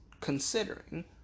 considering